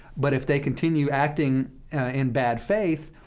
but if they continue acting in bad faith,